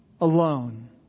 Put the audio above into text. alone